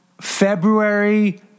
February